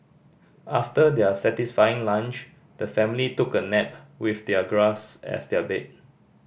after their satisfying lunch the family took a nap with their grass as their bed